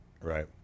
Right